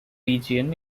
region